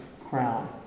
crown